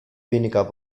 weniger